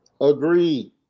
Agreed